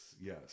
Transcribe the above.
yes